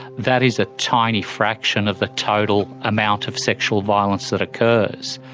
that is a tiny fraction of the total amount of sexual violence that occurs.